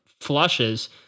flushes